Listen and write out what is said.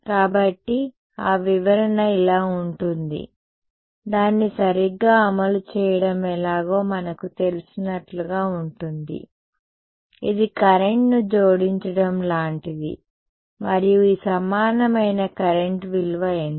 కాబట్టి ఆ వివరణ ఇలా ఉంటుంది దాన్ని సరిగ్గా అమలు చేయడం ఎలాగో మనకు తెలిసినట్లుగా ఉంటుంది ఇది కరెంట్ను జోడించడం లాంటిది మరియు ఈ సమానమైన కరెంట్ విలువ ఎంత